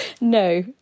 no